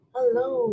Hello